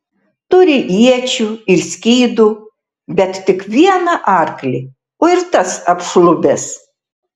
turi iečių ir skydų bet tik vieną arklį o ir tas apšlubęs